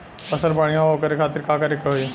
फसल बढ़ियां हो ओकरे खातिर का करे के होई?